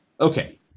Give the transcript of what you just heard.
okay